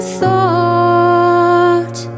thought